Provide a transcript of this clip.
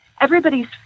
everybody's